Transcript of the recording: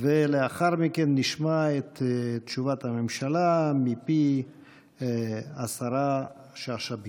לאחר מכן נשמע את תשובת הממשלה מפי השרה שאשא ביטון.